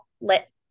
let